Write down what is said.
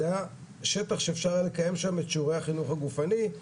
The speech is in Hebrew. זה היה שטח שאפשר היה לקיים שם את שיעורי החינוך הגופני,